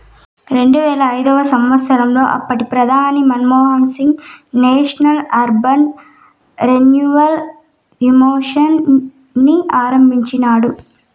రెండువేల ఐదవ సంవచ్చరంలో అప్పటి ప్రధాని Manmohan Singh national urban renewal mission ని ఆరంభించినాడు